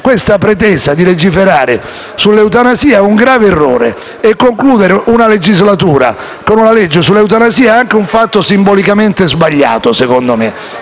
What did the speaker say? Questa pretesa di legiferare sull'eutanasia è un grave errore e concludere una legislatura con una legge sull'eutanasia è anche un fatto simbolicamente sbagliato, secondo me.